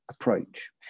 approach